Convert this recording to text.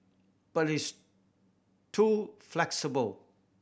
but it's too flexible